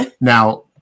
Now